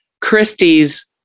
Christie's